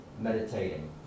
meditating